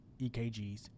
EKGs